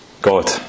God